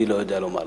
אני לא יודע לומר לך.